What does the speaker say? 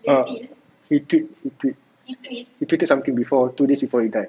err he tweet he tweet he tweeted something before two days before he died